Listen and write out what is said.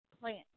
plant